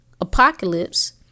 apocalypse